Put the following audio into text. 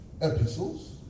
epistles